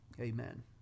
amen